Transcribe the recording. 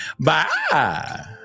Bye